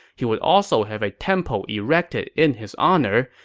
he would also have a temple erected in his honor,